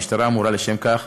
והמשטרה אמורה לשם כך